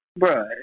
bruh